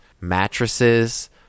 mattresses